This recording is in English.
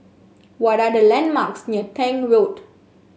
what are the landmarks near Tank Road